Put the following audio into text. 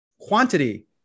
quantity